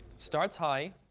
starts high,